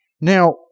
Now